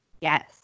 yes